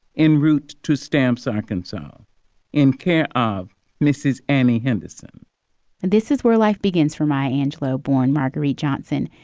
enroute to stamp's arkansas in care of mrs. amy henderson and this is where life begins for my angello born marguerite johnson.